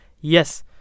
yes